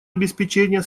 обеспечения